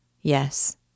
Yes